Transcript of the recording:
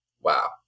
Wow